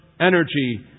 energy